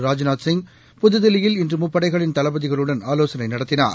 ராஜ்நாத் சிங் புதுதில்லியில் இன்று முப்படைகளின் தளபதிகளுடன் ஆலோசனை நடத்தினார்